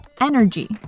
energy